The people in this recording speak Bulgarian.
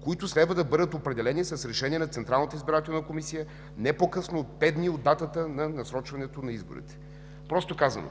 които следва да бъдат определени с решение на Централната избирателна комисия не по-късно от пет дни от датата на насрочването на изборите. Просто казано,